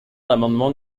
l’amendement